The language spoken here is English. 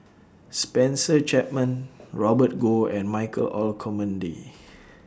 Spencer Chapman Robert Goh and Michael Olcomendy